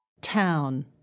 Town